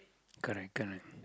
correct correct